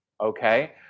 okay